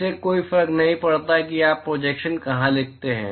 इससे कोई फर्क नहीं पड़ता कि आप प्रोजेक्शन कहां लिखते हैं